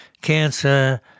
cancer